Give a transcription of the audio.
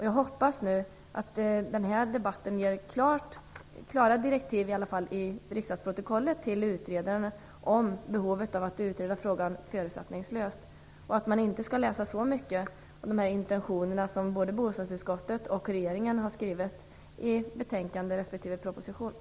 Jag hoppas nu att denna debatt, i alla fall i riksdagsprotokollet, ger klara direktiv till utredaren om behovet av att frågan utreds förutsättningslöst och att man inte skall läsa så mycket om de intentioner som både bostadsutskottet och regeringen har skrivit i betänkandet respektive propositionen.